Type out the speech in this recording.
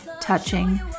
touching